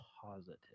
positive